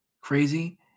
crazy